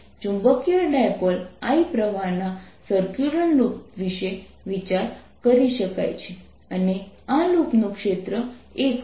તેથી ચુંબકીય dipole i પ્રવાહ ના સર્ક્યુલર લૂપ વિશે વિચાર કરી શકાય છે અને આ લૂપનું ક્ષેત્ર a કહો